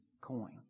coin